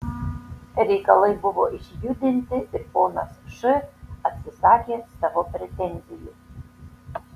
reikalai buvo išjudinti ir ponas š atsisakė savo pretenzijų